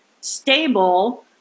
stable